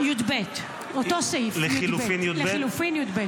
לחלופין י"ב.